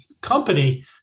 company